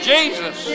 Jesus